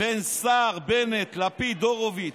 בין סער בנט, לפיד, הורוביץ,